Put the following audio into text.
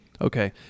Okay